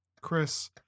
Chris